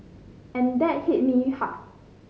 and that hit me hard